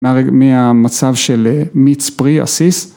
מהמצב של מיץ פרי אסיס.